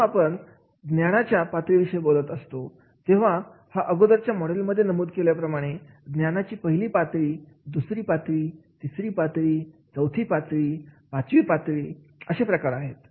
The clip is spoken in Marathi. जेव्हा आपण ज्ञानाच्या पातळी विषयी बोलत असतो तेव्हा हा अगोदरच्या मॉडेल मध्ये नमूद केल्याप्रमाणे ज्ञानाची पहिली पातळी दुसरी पातळी तिसरी पातळी चौथी पातळी आणि पाचवी पातळी असे प्रकार आहेत